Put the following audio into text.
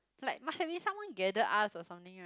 like must have been someone gather us or something right